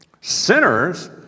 sinners